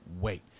Wait